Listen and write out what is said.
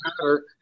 matter